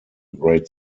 great